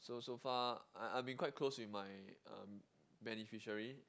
so so far I I've been quite close with my um beneficiary